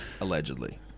Allegedly